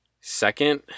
Second